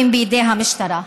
בידי המשטרה.